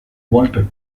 walton